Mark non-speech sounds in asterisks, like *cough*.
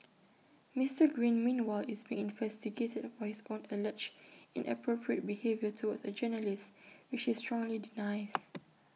Mister green meanwhile is being investigated for his own alleged inappropriate behaviour towards A journalist which he strongly denies *noise*